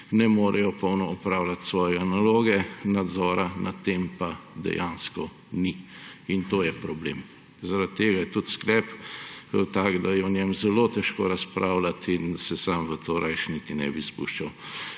ne morejo polno opravljati svoje naloge, nadzora nad tem pa dejansko ni. In to je problem. Zaradi tega je tudi sklep tak, da je o njem zelo težko razpravljati in se sam v to rajši niti ne bi spuščal.